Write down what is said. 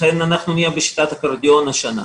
לכן, אנחנו נהיה בשיטת האקורדיון השנה.